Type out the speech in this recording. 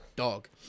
Dog